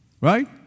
right